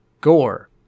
gore